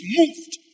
moved